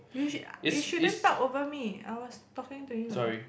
you should you shouldn't talk over me I was talking to you